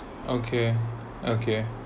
okay okay